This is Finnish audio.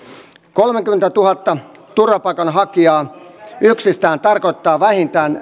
kolmekymmentätuhatta turvapaikanhakijaa yksistään tarkoittaa vähintään